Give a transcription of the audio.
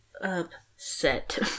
upset